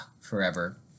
forever